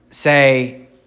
say